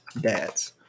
dads